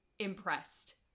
impressed